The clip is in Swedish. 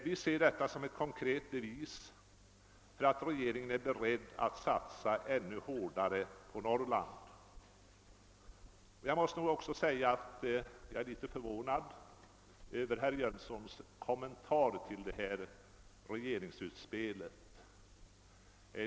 Vi ser detta som ett konkret bevis för att regeringen är beredd att satsa ännu hårdare på Norrland. Jag är också litet förvånad över herr Jönssons kommentar till detta regeringsutspel.